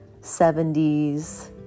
70s